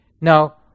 Now